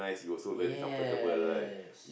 yes